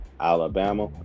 Alabama